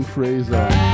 Fraser